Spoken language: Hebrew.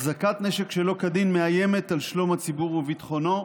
"החזקת נשק שלא כדין מאיימת על שלום הציבור וביטחונו.